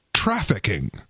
trafficking